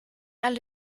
alle